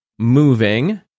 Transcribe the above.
moving